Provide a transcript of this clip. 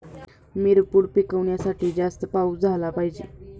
मिरपूड पिकवण्यासाठी जास्त पाऊस झाला पाहिजे